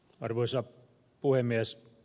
arvoisa puhemies